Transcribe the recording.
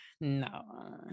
No